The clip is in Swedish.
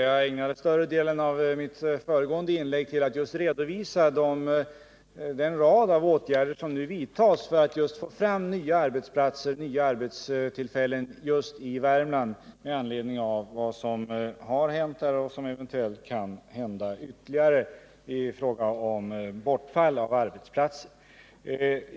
Jag har ägnat större delen av mitt föregående inlägg till att just redovisa den rad av åtgärder som nu vidtas för att få fram nya arbetstillfällen i Värmland med anledning av vad som har hänt där och vad som eventuellt kan hända ytterligare i fråga om bortfall av arbetsplatser.